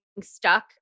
stuck